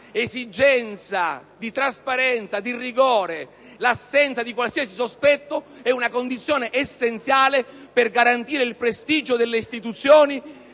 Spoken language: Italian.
l'esigenza di trasparenza e di rigore, oltre che l'assenza di qualsiasi sospetto, rappresentano condizioni essenziali per garantire il prestigio delle istituzioni